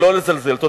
ולא לזלזל בו.